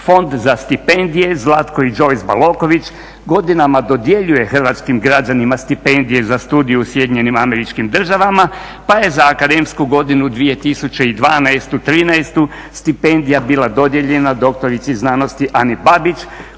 Fond za stipendije Zlatko i Joyce Baloković godinama dodjeljuje hrvatskim građanima stipendije za studij u SAD-u pa je za akademsku godinu 2012./2013. stipendija bila dodijeljena doktorici znanosti Ani Babić